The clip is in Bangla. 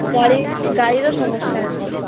গাড়ির গাড়িরও সমস্যা আছে